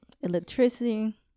electricity